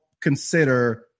consider